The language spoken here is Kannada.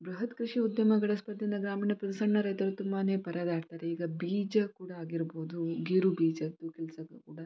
ಬೃಹತ್ ಕೃಷಿ ಉದ್ಯಮಗಳ ಸ್ಪರ್ಧೆಯಿಂದ ಗ್ರಾಮೀಣ ಪ್ರ ಸಣ್ಣ ರೈತರು ತುಂಬಾ ಪರದಾಡ್ತಾರೆ ಈಗ ಬೀಜ ಕೂಡ ಆಗಿರ್ಬೋದು ಗೇರುಬೀಜದ್ದು ಕೆಲಸ ಕೂಡ